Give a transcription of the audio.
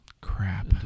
Crap